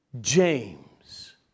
James